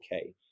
okay